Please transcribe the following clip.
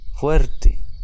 fuerte